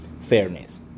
fairness